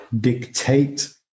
dictate